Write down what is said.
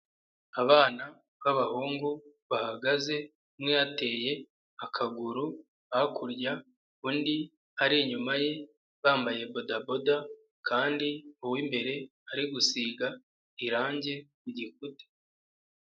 Abana b'abahungu bahagaze umwe hateye akaguru hakurya undi ari inyuma ye bambaye bodaboda kandi uwimbere ari gusiga irangi ku gikuta.